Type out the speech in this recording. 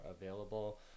available